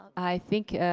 i think,